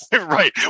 right